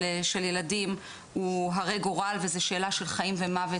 ילדים הוא הרי גורל וזה שאלה של חיים ומוות,